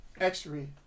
x-ray